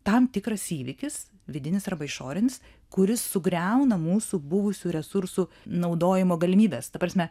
tam tikras įvykis vidinis arba išorinis kuris sugriauna mūsų buvusių resursų naudojimo galimybes ta prasme